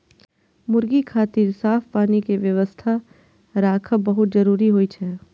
मुर्गी खातिर साफ पानी के व्यवस्था राखब बहुत जरूरी होइ छै